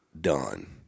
done